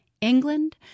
England